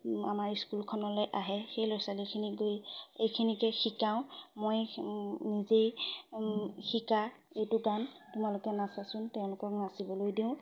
আমাৰ স্কুলখনলৈ আহে সেই ল'ৰা ছোৱালীখিনিক গৈ এইখিনিকে শিকাওঁ মই নিজে শিকা এইটো গান তোমালোকে নাচাচোন তেওঁলোকক নাচিবলৈ দিওঁ